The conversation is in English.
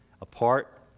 Apart